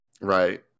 Right